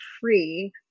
free